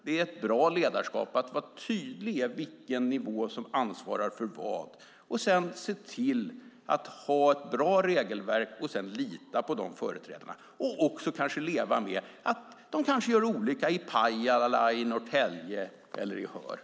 Det är ett bra ledarskap att vara tydlig om vilken nivå som ansvarar för vad och sedan se till att ha ett bra regelverk och lita på de företrädarna. Då får vi leva med att de gör olika i Pajala, i Norrtälje eller i Höör.